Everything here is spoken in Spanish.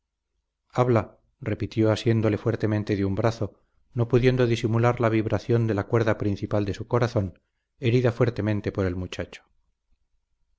habla repitió asiéndole fuertemente de un brazo no pudiendo disimular la vibración de la cuerda principal de su corazón herida fuertemente por el muchacho